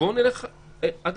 אני מבינה שיש